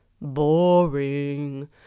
boring